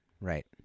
Right